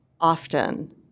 often